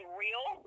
real